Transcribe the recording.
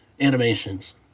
animations